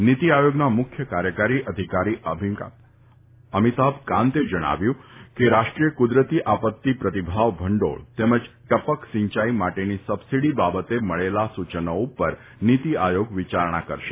નીતિઆયોગના મુખ્ય કાર્યકારી અધિકારી અમિતાભ કાંતે જણાવ્યું હતું કે રાષ્ટ્રીય કુદરતી આપત્તિ પ્રતિભાવ ભંડોળ તેમજ ટપક સિંચાઇ માટેની સબસીડી બાબતે મળેલા સૂચનો ઉપર નીતિઆયોગ વિચારણા કરશે